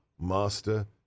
Master